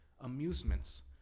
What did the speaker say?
amusements